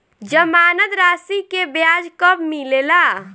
जमानद राशी के ब्याज कब मिले ला?